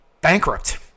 bankrupt